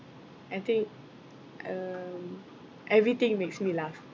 I think um everything makes me laugh